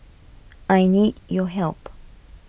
I need your help